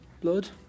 blood